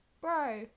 Bro